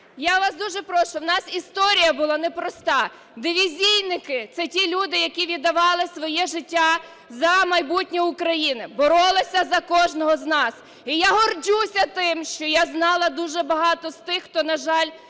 Я вас дуже прошу, у нас історія була непроста. Дивізійники – це люди, які віддавали своє життя за майбутнє України, боролися за кожного з нас. І я горджуся тим, що я знала дуже багато з тих, хто, на жаль,